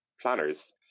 planners